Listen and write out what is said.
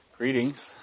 Greetings